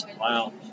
Wow